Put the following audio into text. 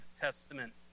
Testament